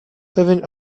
pewien